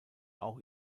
auch